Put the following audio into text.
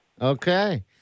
okay